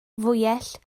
fwyell